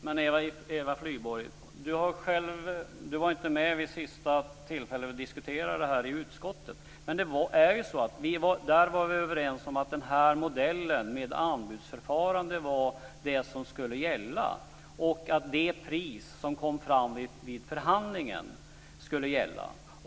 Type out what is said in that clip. Fru talman! Men Eva Flyborg, du var inte med vid det sista tillfälle då vi diskuterade det här i utskottet. Där var vi överens om att den här modellen med anbudsförfarande var den som skulle gälla och att det pris som kom fram vid förhandlingen skulle gälla.